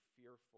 fearful